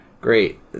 great